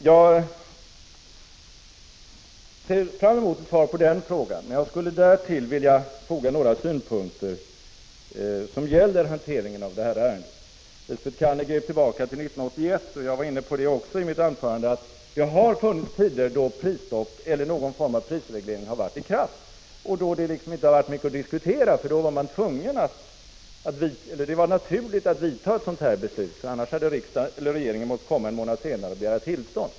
Jag ser fram emot ett svar på den frågan, men jag skulle därtill vilja foga några synpunkter som gäller hanteringen av det här ärendet. Lisbet Calner grep tillbaka till 1981, och jag var också inne på det i mitt anförande. Det har tidigare varit prisstopp eller någon form av prisreglering i kraft, och frågan om förlängning har inte varit mycket att diskutera, för då har det varit naturligt att fatta ett sådant beslut; annars hade regeringen måst komma en månad senare och begära tillstånd.